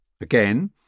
again